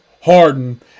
Harden